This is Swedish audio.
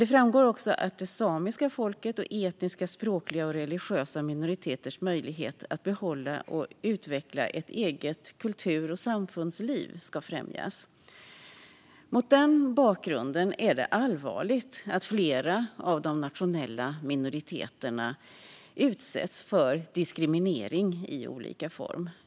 Det framgår också att det samiska folket och etniska, språkliga och religiösa minoriteters möjlighet att behålla och utveckla ett eget kultur och samfundsliv ska främjas. Mot den bakgrunden är det allvarligt att flera av de nationella minoriteterna utsätts för diskriminering i olika form.